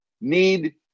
need